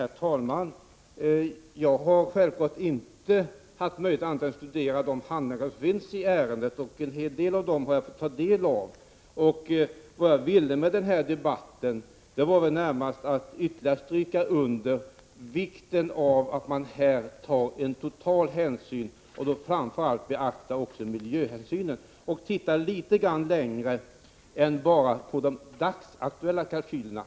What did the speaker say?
Herr talman! Jag har självfallet inte haft andra möjligheter till förfogande än att studera de handlingar som finns i ärendet, och jag har fått läsa en hel del av dem. Vad jag syftat till med denna debatt har väl närmast varit att ytterligare stryka under vikten av att man gör en totalbedömning och därvid också beaktar miljöaspekterna. Man bör då se litet längre än bara till de dagsaktuella kalkylerna.